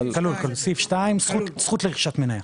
כלול כלול, סעיף 2 זכות לרכישת מניה.